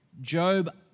Job